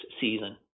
season